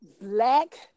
black